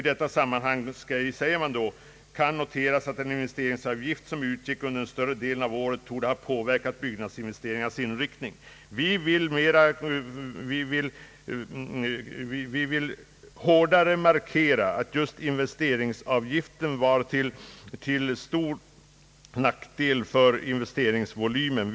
I detta sammanhang kan noteras att den investeringsavgift som utgick under en stor del av året torde ha påverkat byggnadsinvesteringarnas inriktning.» Vi vill hårdare markera att just investeringsavgiften var till stor nackdel för investeringsvolymen.